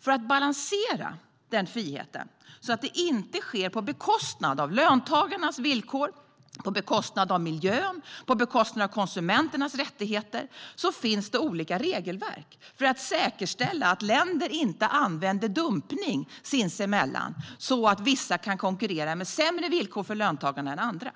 För att balansera den fria rörligheten så att den inte sker på bekostnad av löntagarnas villkor, på bekostnad av miljön eller på bekostnad av konsumenternas rättigheter finns det olika regelverk för att säkerställa att länder inte använder dumpning sinsemellan så att vissa kan konkurrera med sämre villkor för löntagarna än andra.